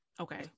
okay